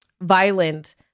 violent